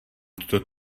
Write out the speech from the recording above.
tuto